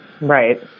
Right